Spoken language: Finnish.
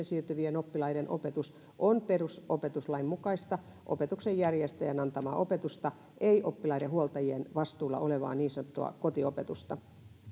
siirtyvien oppilaiden opetus on perusopetuslain mukaista opetuksen järjestäjän antamaa opetusta ei oppilaiden huoltajien vastuulla olevaa niin sanottua kotiopetusta